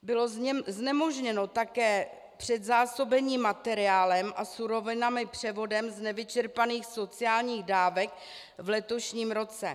Bylo znemožněno také předzásobení materiálem a surovinami převodem z nevyčerpaných sociálních dávek v letošním roce.